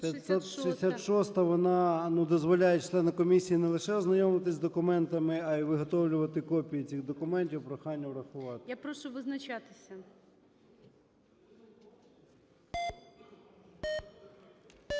566-а, вона дозволяє члену комісії не лише ознайомитися з документами, а й виготовлювати копії цих документів. Прохання врахувати. ГОЛОВУЮЧИЙ. Я прошу визначатися.